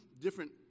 different